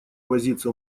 возиться